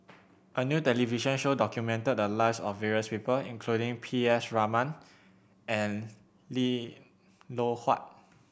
a new television show documented the lives of various people including P S Raman and Lim Loh Huat